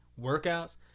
workouts